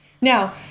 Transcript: Now